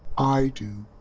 i do.